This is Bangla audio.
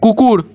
কুকুর